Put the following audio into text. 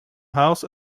house